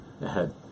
ahead